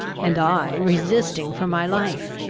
and i resisting for my life.